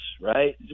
right